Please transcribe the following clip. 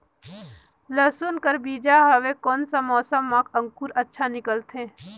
लसुन कर बीजा हवे कोन सा मौसम मां अंकुर अच्छा निकलथे?